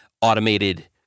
automated